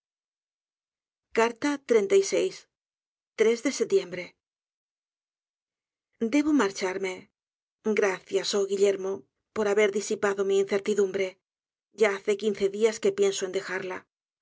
de setiembre debo marcharme gracias oh guillermo por haber disipado mi incertidumbre ya hace quince dias q u e pienso en dejarla